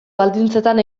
baldintzetan